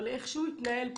אבל איך שהוא התנהל פה,